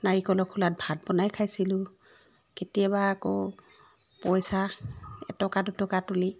নাৰিকলৰ খোলাত ভাত বনাই খাইছিলোঁ কেতিয়াবা আকৌ পইচা এটকা দুটকা তুলি